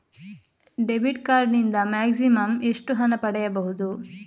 Debit card ನಿಂದ maximum ಎಷ್ಟು ಹಣ ಪಡೆಯಬಹುದು?